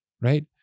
Right